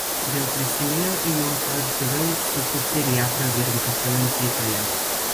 vėl prisiminiau į jos virtuvę užsukusį ir ją pravirkdžiusį lankytoją